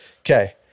Okay